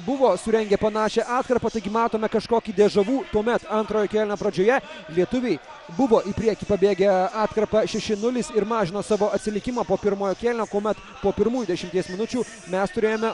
buvo surengę panašią atkarpą taigi matome kažkokį deja vu kuomet antrojo kėlinio pradžioje lietuviai buvo į priekį pabėgę atkarpa šeši nulis ir mažino savo atsilikimą po pirmojo kėlinio kuomet po pirmųjų dešimties minučių mes turėjome